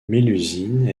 mélusine